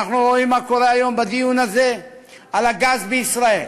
אנחנו רואים מה קורה היום בדיון הזה על הגז בישראל.